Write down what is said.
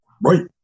Right